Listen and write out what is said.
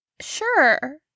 Sure